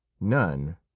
None